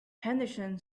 henderson